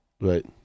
Right